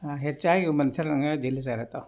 ಹಾಂ ಹೆಚ್ಚಾಗಿ ಮನುಷ್ಯರ್ ಹಂಗಾಗಿ ಜಲ್ದಿ ಸಾಯ್ಲತ್ತಾವ